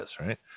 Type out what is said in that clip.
right